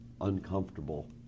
uncomfortable